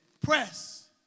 press